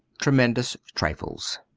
tremendous trifles.